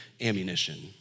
ammunition